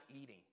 eating